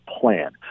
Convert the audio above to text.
plan